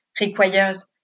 requires